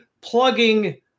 plugging